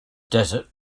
desert